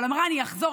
אבל אמרה: אני אחזור.